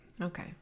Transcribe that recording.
Okay